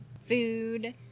food